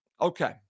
Okay